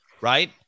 right